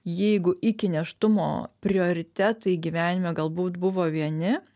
jeigu iki nėštumo prioritetai gyvenime galbūt buvo vieni